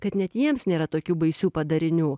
kad net jiems nėra tokių baisių padarinių